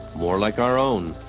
more like our own.